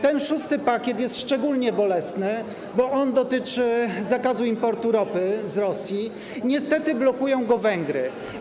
Ten szósty pakiet jest szczególnie bolesny, bo dotyczy on zakazu importu ropy z Rosji, a niestety blokują go Węgry.